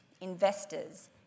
investors